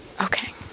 Okay